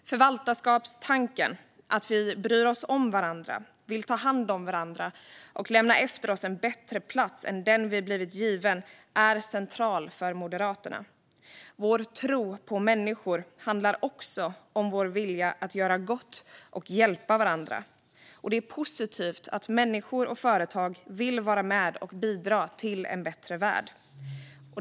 Förvaltarskapstanken - att vi bryr oss om varandra, vill ta hand om varandra och lämna efter oss en bättre plats än den vi blivit given - är central för Moderaterna. Vår tro på människor handlar också om vår vilja att göra gott och hjälpa varandra. Det är positivt att människor och företag vill vara med och bidra till en bättre värld.